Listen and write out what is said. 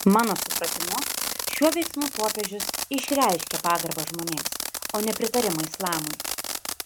mano supratimu šiuo veiksmu popiežius išreiškė pagarbą žmonėms o ne pritarimą islamui